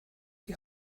die